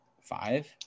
Five